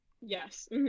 Yes